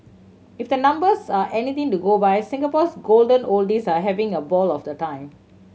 if the numbers are anything to go by Singapore's golden oldies are having a ball of the time